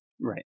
right